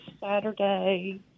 Saturday